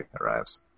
arrives